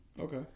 Okay